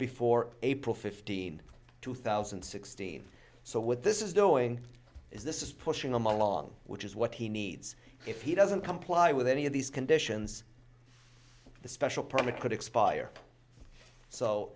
before april fifteenth two thousand and sixteen so what this is doing is this is pushing them along which is what he needs if he doesn't comply with any of these conditions the special permit could expire so